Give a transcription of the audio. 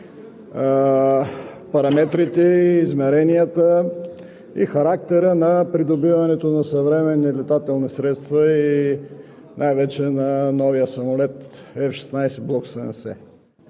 параметрите, измеренията и характера на придобиването на съвременни летателни средства и най-вече на новия самолет F-16 Block 70.